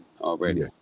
already